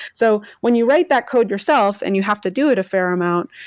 so when you write that code yourself and you have to do it a fair amount,